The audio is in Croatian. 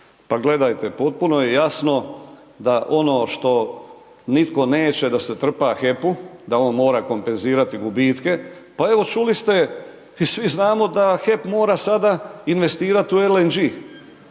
pa gledajte potpuno je jasno da ono što nitko neće da se trpa HEP-u, da on mora kompenzirati gubitke. Pa evo čuli ste i svi znamo da HEP mora sada investirat u LNG,